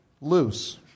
loose